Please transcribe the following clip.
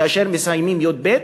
כאשר מסיימים י"ב,